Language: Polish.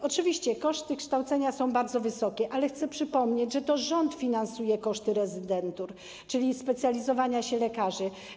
Oczywiście koszty kształcenia są bardzo wysokie, ale chcę przypomnieć, że to rząd finansuje koszty rezydentur, czyli specjalizowania się lekarzy.